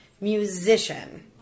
musician